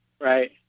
Right